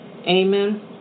amen